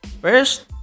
First